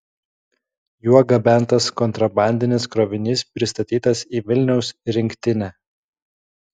juo gabentas kontrabandinis krovinys pristatytas į vilniaus rinktinę